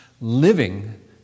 living